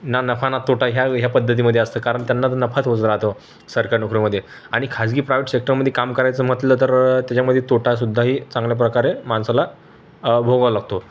ना नफा ना तोटा ह्या ह्या पध्दतीमध्ये असतं कारण त्यांना तर नफाच होत राहतो सरकारी नोकरीमध्ये आणि खाजगी प्रायवेट सेक्टरमध्ये काम करायचं म्हटलं तर त्याच्यामध्ये तोटासुद्धाही चांगल्याप्रकारे माणसाला भोगावं लागतो